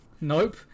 nope